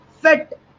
fit